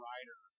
Rider